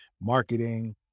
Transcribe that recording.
marketing